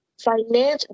financial